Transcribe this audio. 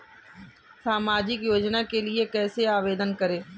सामाजिक योजना के लिए कैसे आवेदन करें?